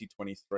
2023